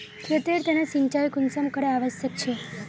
खेतेर तने सिंचाई कुंसम करे आवश्यक छै?